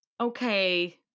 okay